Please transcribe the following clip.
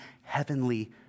heavenly